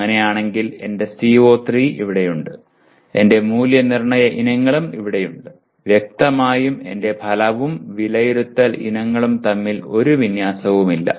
അങ്ങനെയാണെങ്കിൽ എന്റെ CO3 ഇവിടെയുണ്ട് എന്റെ മൂല്യനിർണ്ണയ ഇനങ്ങൾ ഇവിടെയുണ്ട് വ്യക്തമായും എന്റെ ഫലവും വിലയിരുത്തൽ ഇനങ്ങളും തമ്മിൽ ഒരു വിന്യാസവും ഇല്ല